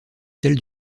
celle